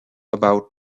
about